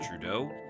Trudeau